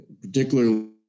particularly